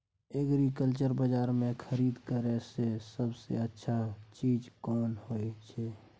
Agriculture बाजार में खरीद करे से सबसे अच्छा चीज कोन होय छै?